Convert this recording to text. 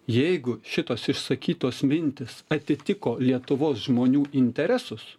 jeigu šitos išsakytos mintys atitiko lietuvos žmonių interesus